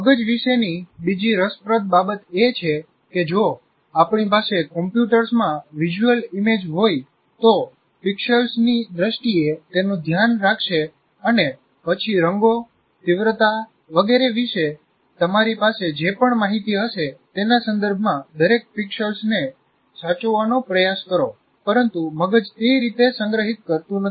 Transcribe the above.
મગજ વિશેની બીજી રસપ્રદ બાબત એ છે કે જો આપણી પાસે કમ્પ્યુટરમાં વિઝ્યુઅલ ઇમેજ હોય તો તે પિક્સેલ્સની દ્રષ્ટિએ તેનું ધ્યાન રાખશે અને પછી રંગો તીવ્રતા વગેરે વિશે તમારી પાસે જે પણ માહિતી હશે તેના સંદર્ભમાં દરેક પિક્સેલને સાચવવાનો પ્રયાસ કરો પરંતુ મગજ તે રીતે સંગ્રહિત કરતું નથી